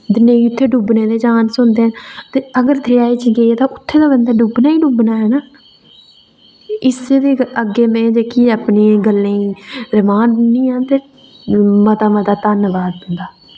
ते नेईं उत्थें डुब्बने दे चांस होंदे न ते अगर दरेआ च गे ते उत्थें ते बंदा डुब्बना गै डुब्बना ऐ ना इस्सै दे अग्गें में अपनी गल्लें गी विराम दिन्नी आं ते मता मता धन्नवाद तुं'दा